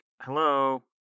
hello